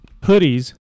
hoodies